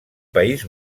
país